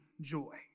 joy